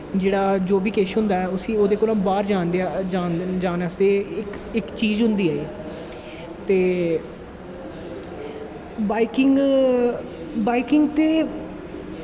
जेह्ड़ा जो बी कुश होंदा ऐ ओह्दे कोला दा बाह्र जानें आस्ते इक चीज़ होंदी ऐ एह् ते बाईकिंग ते